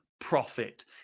profit